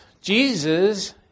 Jesus